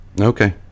Okay